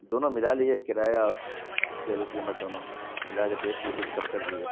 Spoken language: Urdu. دونوں ملا لیجیے کرایہ اور تیل کی قیمت دونوں ملا کے دیکھ لیجئے کچھ کم کر دیجیے